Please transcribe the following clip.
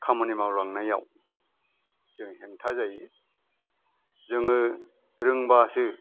खामानि मावलांनायाव जों हेंथा जायो जोङो रोंबासो